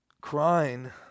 Crying